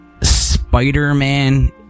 Spider-Man